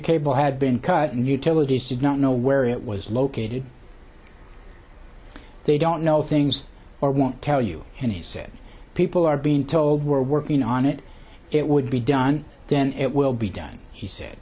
cable had been cut and utilities did not know where it was located they don't know things or won't tell you and he said people are being told we're working on it it would be done then it will be done he said